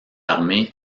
armée